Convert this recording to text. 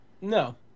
No